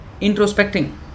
introspecting